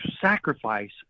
sacrifice